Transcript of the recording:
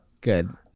Good